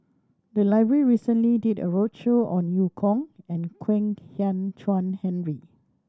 the library recently did a roadshow on Eu Kong and Kwek Hian Chuan Henry